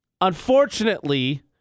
Unfortunately